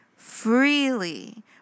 freely